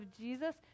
Jesus